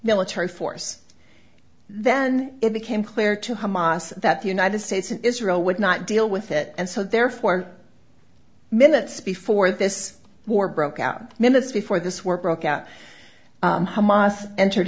military force then it became clear to hamas that the united states and israel would not deal with it and so therefore minutes before this war broke out minutes before this war broke out hamas entered